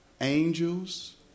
angels